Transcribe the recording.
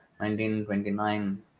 1929